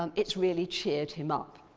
um it's really cheered him up.